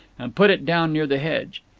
and put it down near the hedge.